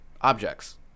Objects